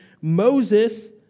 Moses